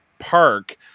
park